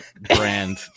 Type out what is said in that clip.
brand